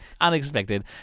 unexpected